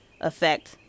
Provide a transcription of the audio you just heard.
effect